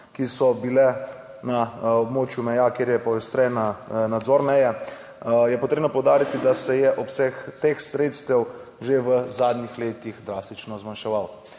ki so bile na območju meja, kjer je poostren nadzor meje, je potrebno poudariti, da se je obseg teh sredstev že v zadnjih letih drastično zmanjševal.